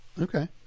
okay